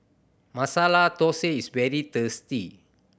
Masala Dosa is very tasty